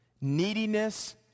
neediness